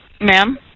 Ma'am